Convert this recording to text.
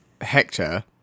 Hector